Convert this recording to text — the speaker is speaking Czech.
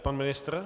Pan ministr?